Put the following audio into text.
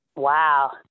Wow